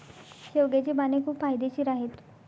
शेवग्याची पाने खूप फायदेशीर आहेत